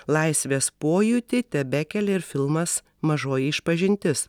laisvės pojūtį tebekelia ir filmas mažoji išpažintis